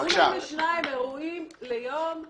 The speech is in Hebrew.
22 אירועים ליום,